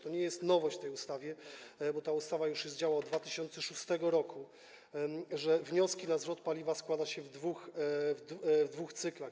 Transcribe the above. To nie jest nowość w tej ustawie, bo ta ustawa już działa od 2006 r., że wnioski na zwrot paliwa składa się w dwóch cyklach.